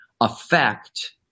affect